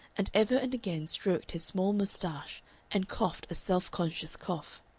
and ever and again stroked his small mustache and coughed a self-conscious cough.